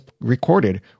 recorded